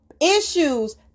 issues